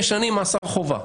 5 שנים מאסר חובה.